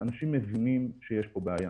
אנשים מבינים שיש פה בעיה.